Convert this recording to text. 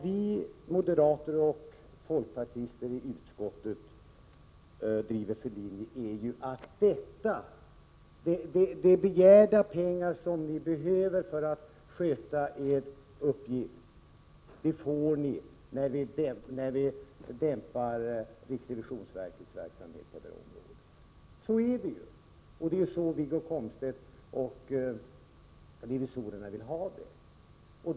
Vi moderater och folkpartister i utskottet driver linjen att de pengar som ni revisorer har begärt för att sköta er uppgift, de får ni när ni dämpar riksrevisionsverkets verksamhet. Så är det, och det är så Wiggo Komstedt och revisorerna vill ha det.